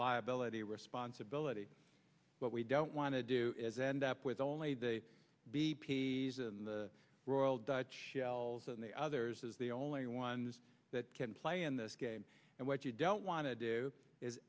liability responsibility what we don't want to do is end up with only the b p s and the royal dutch shell and the others as the only ones that can play in this game and what you don't want to do is